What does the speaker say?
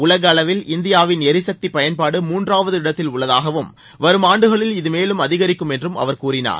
உலக அளவில் இந்தியாவின் எரிசக்தி பயன்பாடு மூன்றாவது இடத்தில் உள்ளதாகவும் வரும் ஆண்டுகளில் இது மேலும் அதிகரிக்கும் என்று அவர் கூறினார்